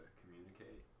communicate